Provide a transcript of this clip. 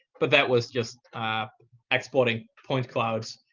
but that was just exploding point clouds,